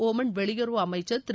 Oman வெளியுறவு அமைச்சர் திரு